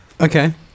Okay